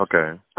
okay